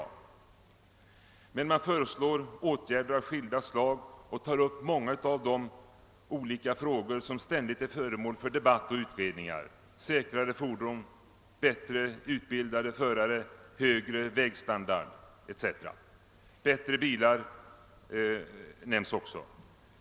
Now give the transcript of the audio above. Reservanterna föreslår likväl åtgärder av skilda slag och tar upp många av de olika frågor som ständigt är föremål för debatt och utredningar: säkrare fordon, bättre utbildade förare, högre vägstandard etc.